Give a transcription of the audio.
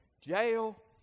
jail